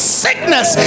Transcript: sickness